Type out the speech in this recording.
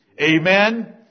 Amen